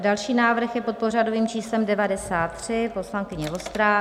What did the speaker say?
Další návrh je pod pořadovým číslem 93, poslankyně Vostrá.